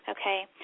Okay